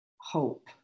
hope